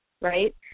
right